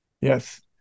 Yes